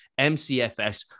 MCFS